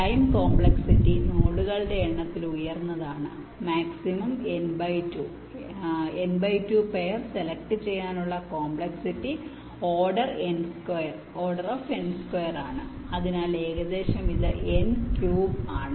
time complexity നോഡുകളുടെ എണ്ണത്തിൽ ഉയർന്നതാണ് maximum n by 2 n2 pair select ചെയ്യാനുള്ള complexity order n square O ആണ് അതിനാൽ ഏകദേശം ഇത് n cube O ആണ്